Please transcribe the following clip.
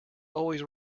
always